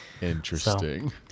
Interesting